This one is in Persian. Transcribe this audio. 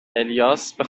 الیاس، به